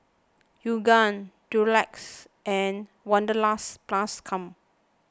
Yoogane Durex and Wanderlust Plus Co